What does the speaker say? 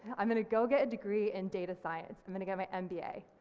i'm gonna go get a degree in data science, i'm gonna get my mba.